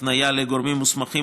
הפניה לגורמים מוסמכים,